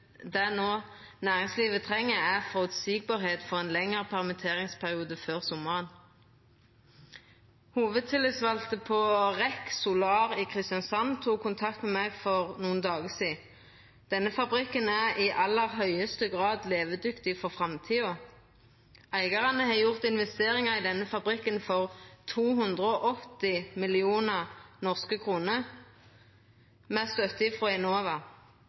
for ein lengre permitteringsperiode før sommaren. Hovudtillitsvalde på REC Solar i Kristiansand tok kontakt med meg for nokre dagar sidan. Denne fabrikken er i aller høgste grad levedyktig for framtida. Eigarane har gjort investeringar i fabrikken for 280 mill. kr norske kroner, med støtte frå Enova.